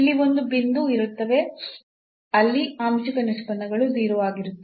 ಇಲ್ಲಿ ಒಂದು ಬಿಂದು ಇರುತ್ತದೆ ಅಲ್ಲಿ ಆಂಶಿಕ ನಿಷ್ಪನ್ನಗಳು 0 ಆಗಿರುತ್ತದೆ